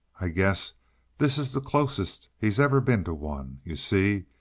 i guess this is the closest he's ever been to one. you see,